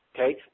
Okay